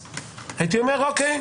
הייתי אומר: אוקיי,